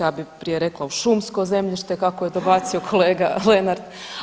Ja bih prije rekla u šumsko zemljište kako je dobacio kolega Lenard.